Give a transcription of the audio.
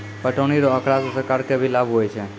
पटौनी रो आँकड़ा से सरकार के भी लाभ हुवै छै